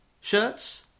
shirts